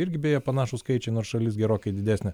irgi beje panašūs skaičiai nors šalis gerokai didesnė